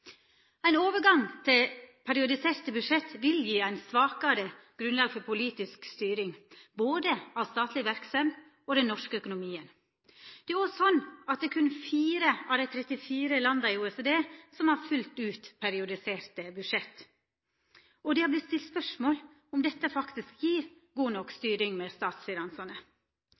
Ein overgang til periodiserte budsjett vil gje eit svakare grunnlag for politisk styring, både av statleg verksemd og av den norske økonomien. Det er òg slik at berre fire av dei 34 landa i OECD har fullt ut periodiserte budsjett, og det har vorte stilt spørsmål ved om dette faktisk gjev god nok styring med